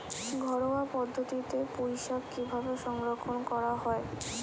ঘরোয়া পদ্ধতিতে পুই শাক কিভাবে সংরক্ষণ করা হয়?